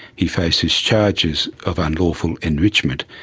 he faces charges of unlawful enrichment,